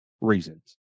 reasons